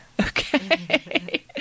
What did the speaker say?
Okay